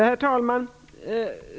Herr talman!